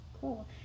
Cool